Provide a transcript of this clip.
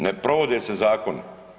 Ne provode se zakoni.